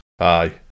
aye